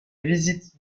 visite